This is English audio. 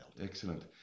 Excellent